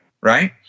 right